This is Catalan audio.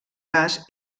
gas